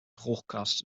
droogkast